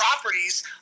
properties